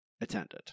attended